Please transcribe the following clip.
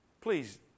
Please